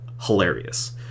hilarious